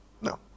No